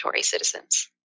citizens